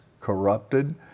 corrupted